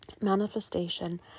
manifestation